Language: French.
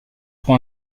pour